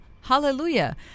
Hallelujah